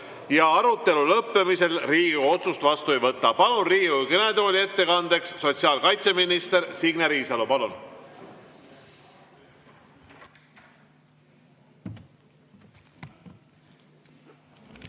Arutelu lõppemisel Riigikogu otsust vastu ei võta. Palun Riigikogu kõnetooli ettekandeks sotsiaalkaitseminister Signe Riisalo. Palun!